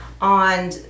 on